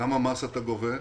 כמה מס אתה גובה?